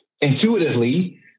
intuitively